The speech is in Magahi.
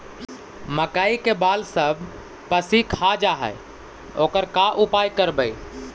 मकइ के बाल सब पशी खा जा है ओकर का उपाय करबै?